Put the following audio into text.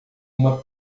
uma